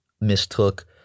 mistook